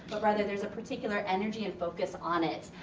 but rather, there's a particular energy and focus on it.